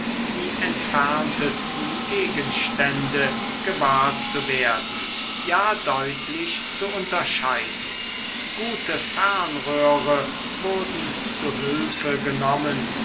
die entferntesten gegenstände gewahr zu werden ja deutlich zu unterscheiden gute fernröhre wurden zu hülfe genommen